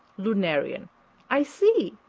lunarian i see.